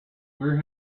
where